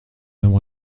mêmes